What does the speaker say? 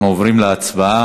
אנחנו עוברים להצבעה.